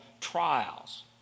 trials